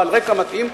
בעל רקע מתאים,